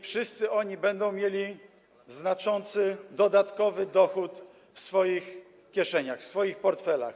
Wszyscy oni będą mieli znaczący dodatkowy dochód w swoich kieszeniach, w swoich portfelach.